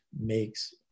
makes